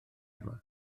yma